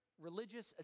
religious